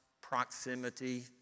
proximity